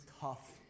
tough